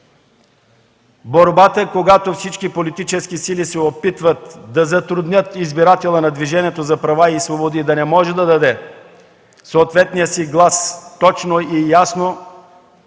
Борбата е, когато всички политически сили се опитват да затруднят избирателя на Движението за права и свободи да не може да даде съответния си глас точно и ясно.